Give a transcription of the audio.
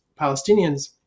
Palestinians